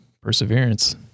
perseverance